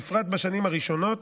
בפרט בשנים הראשונות,